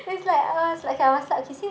it's like uh it's like I was like okay since